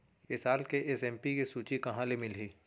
ए साल के एम.एस.पी के सूची कहाँ ले मिलही?